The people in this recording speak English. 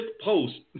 post